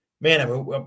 man